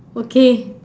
okay